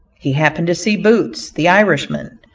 he happened to see boots, the irishman.